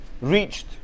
reached